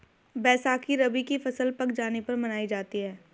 बैसाखी रबी की फ़सल पक जाने पर मनायी जाती है